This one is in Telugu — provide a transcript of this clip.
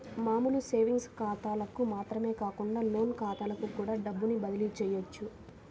మామూలు సేవింగ్స్ ఖాతాలకు మాత్రమే కాకుండా లోన్ ఖాతాలకు కూడా డబ్బుని బదిలీ చెయ్యొచ్చు